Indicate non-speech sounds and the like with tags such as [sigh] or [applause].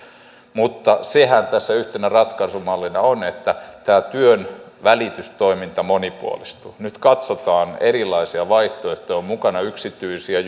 mutta sehän tässä yhtenä ratkaisumallina on että tämä työnvälitystoiminta monipuolistuu nyt katsotaan erilaisia vaihtoehtoja on mukana yksityisiä [unintelligible]